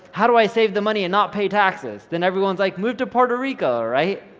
how do i save the money and not pay taxes? then everyone's like, move to puerto rico, right?